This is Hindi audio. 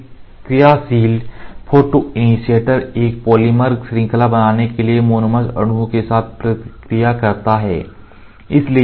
प्रतिक्रियाशील फोटोइनिशीऐटर एक पॉलीमर श्रृंखला बनाने के लिए मोनोमर अणुओं के साथ प्रतिक्रिया करता है